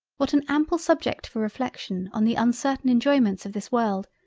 what an ample subject for reflection on the uncertain enjoyments of this world,